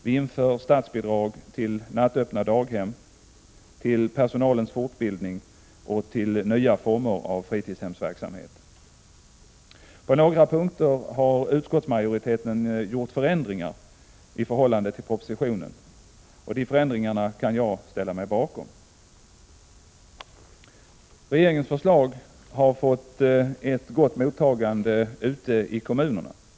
Vi inför statsbidrag till nattöppna daghem, till personalens fortbildning och till nya former av fritidshemsverksamhet för skolbarn. På några punkter föreslår utskottsmajoriteten förändringar i förhållande till propositionen. Dessa förändringar kan jag ställa mig bakom. Regeringens förslag har fått ett gott mottagande i kommunerna.